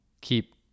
keep